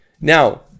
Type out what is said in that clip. Now